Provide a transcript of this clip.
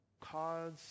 Cause